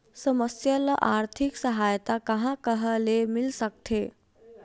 समस्या ल आर्थिक सहायता कहां कहा ले मिल सकथे?